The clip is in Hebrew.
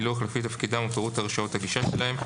בפילוח לפי תפקידם ופירוט הרשאות הגישה שלהם.